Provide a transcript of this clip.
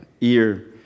ear